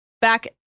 Back